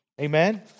Amen